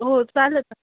हो चालेल ना